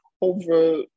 over